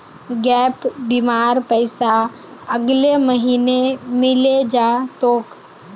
gap बीमार पैसा अगले महीने मिले जा तोक